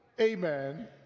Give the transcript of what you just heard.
Amen